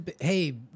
Hey